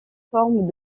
forme